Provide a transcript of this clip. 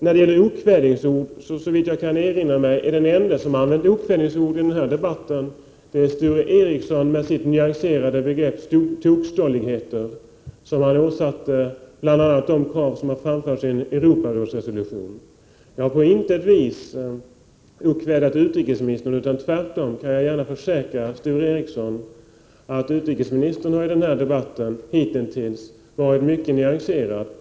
Såvitt jag kan erinra mig är Sture Ericson, med sitt ”nyanserade” begrepp ”tokstolligheter”, den ende som använt okvädingsord i denna debatt. Det är ett begrepp som han åsatt bl.a. de krav som framförs enligt en Europarådsresolution. Jag har på intet vis okvädat utrikesministern. Tvärtom, kan jag försäkra Sture Ericson att utrikesministern hitintills i den här debatten varit mycket nyanserad.